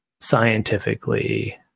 scientifically